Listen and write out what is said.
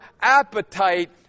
appetite